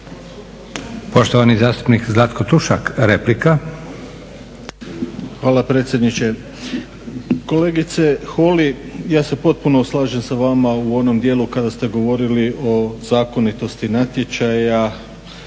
(Hrvatski laburisti - Stranka rada)** Hvala predsjedniče. Kolegice Holy ja se potpuno slažem s vama u onom dijelu kada ste govorili o zakonitosti natječaja